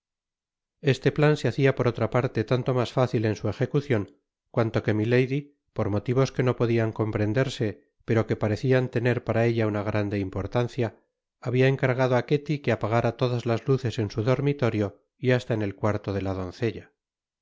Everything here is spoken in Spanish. este plan se hacia por otra parte tanto mas fácil en su ejecucion cuanto que milady por motivos que no podian comprenderse pero que parecian tener para ella una grande importancia habia encargado á ketty que apagara todas las luces en su dormitorio y hasta en el cuarto de ta doncella